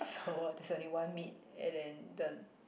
so there's only one meat and then the